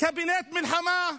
קבינט מלחמה,